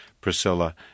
Priscilla